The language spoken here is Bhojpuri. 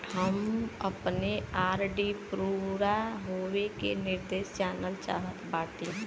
हम अपने आर.डी पूरा होवे के निर्देश जानल चाहत बाटी